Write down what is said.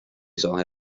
hebben